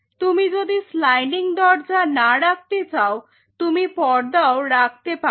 তুমি যদি স্লাইডিং দরজা না রাখতে চাও তুমি পর্দাও রাখতে পারো